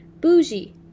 bougie